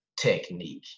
technique